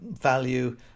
value